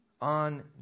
on